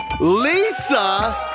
Lisa